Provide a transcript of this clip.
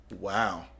Wow